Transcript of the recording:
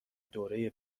دوره